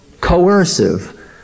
coercive